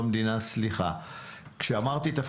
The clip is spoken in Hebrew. אנחנו נראה צניחה משמעות בנתוני